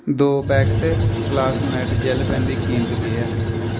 दो packet Classmate जैल्ल pen दी कीमत केह् ऐ